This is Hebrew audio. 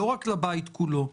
לא רק לבית כולו,